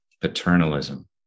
paternalism